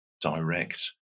direct